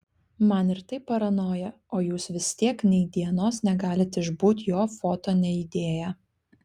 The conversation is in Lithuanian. man ir taip paranoja o jūs vis tiek nei dienos negalit išbūt jo foto neįdėję